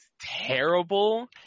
terrible